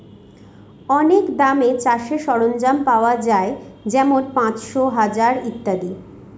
অনেক দামে চাষের সরঞ্জাম পাওয়া যাই যেমন পাঁচশো, হাজার ইত্যাদি